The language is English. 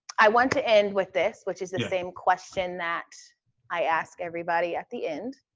i want to end with this, which is the same question that i ask everybody at the end,